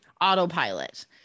autopilot